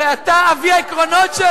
הרי אתה אבי העקרונות של